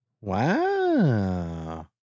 Wow